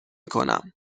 کنم